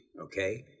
okay